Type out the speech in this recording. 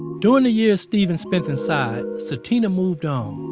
during the years steven spent inside sutina moved on,